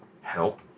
help